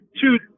two